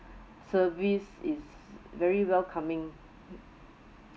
service is very welcoming